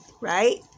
right